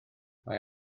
mae